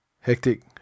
Hectic